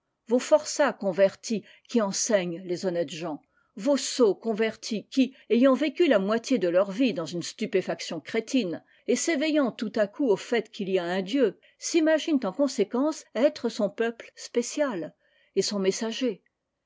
vos forçats convertis qui enseignent les honnêtes gens vos sots convertis qui ayant vécu la moitié de leur vie dans une stupéfaction crétine et s'éveillant tout à coup au fait qu'il y a un dieu s'imaginent en conséquence être son peuple spécial et son messager